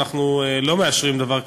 אנו לא מאשרים דבר כזה,